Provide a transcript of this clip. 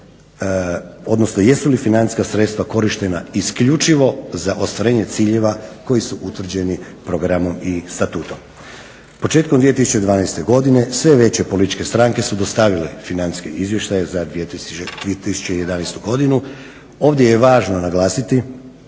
odnosno jesu li financijska sredstva korištena isključivo za ostvarenje ciljeva koji su utvrđeni programom i statutom. Početkom 2012. godine sve veće političke stranke su dostavile financijske izvještaje 2011. godinu. Ovdje je važno naglasiti